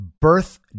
birth